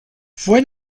fue